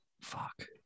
fuck